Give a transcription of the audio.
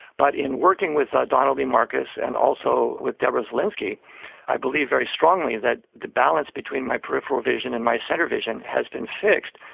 but in working with donalee markus and also with deborah zelinsky i believe very strongly that the balance between my peripheral vision and my centre vision has been fixed.